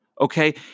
Okay